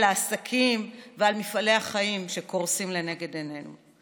על העסקים ועל מפעלי החיים שקורסים לנגד עינינו,